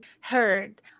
heard